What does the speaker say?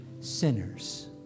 sinners